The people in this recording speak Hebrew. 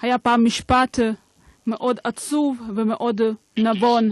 משפט מאוד עצוב ומאוד נבון: